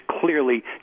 clearly